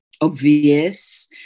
obvious